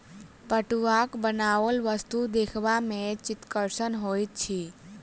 पटुआक बनाओल वस्तु देखबा मे चित्तकर्षक होइत अछि